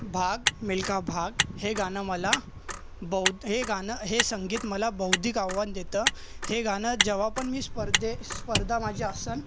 भाग मिल्खा भाग हे गाणं मला बौद हे गाणं हे संगीत मला बौद्धिक आव्हान देतं हे गाणं जेव्हा पण मी स्पर्धे स्पर्धा माझी असंन